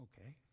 Okay